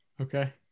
Okay